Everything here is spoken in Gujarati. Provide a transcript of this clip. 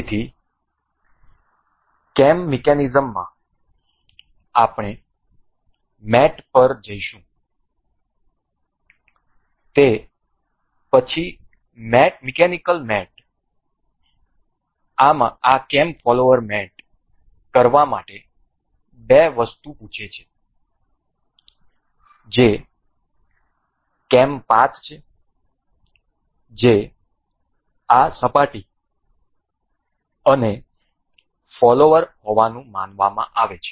તેથી કેમ મિકેનિઝમમાં આપણે મેટ પર જઈશું તે પછી મિકેનિકલ મેટ આ કેમ ફોલોવર મેટ કરવા માટે બે વસ્તુ પૂછે છે જે કેમ પાથ છે જે આ સપાટી અને ફોલોવર હોવાનું માનવામાં આવે છે